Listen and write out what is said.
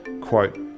Quote